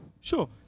Sure